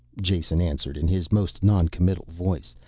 jason answered in his most noncommittal voice,